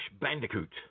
Bandicoot